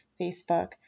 Facebook